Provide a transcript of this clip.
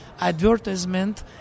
advertisement